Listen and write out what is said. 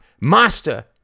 master